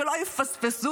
שלא יפספסו,